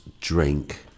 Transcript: drink